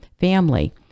family